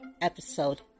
episode